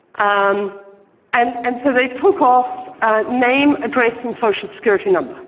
um and and so, they took off name, address, and social security number,